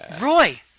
Roy